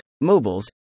mobiles